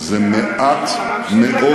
זה מעט מאוד.